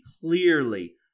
clearly